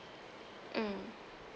mm